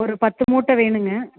ஒரு பத்து மூட்டை வேணுங்க